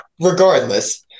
regardless